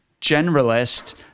generalist